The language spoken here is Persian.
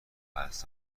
قرض